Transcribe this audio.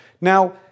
Now